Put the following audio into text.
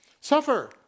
Suffer